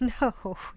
No